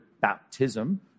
baptism